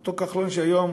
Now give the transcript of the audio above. אותו כחלון שהיום